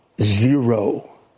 Zero